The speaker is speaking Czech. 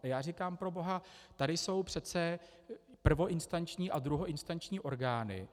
Já říkám, proboha, tady jsou přece prvoinstanční a druhoinstanční orgány.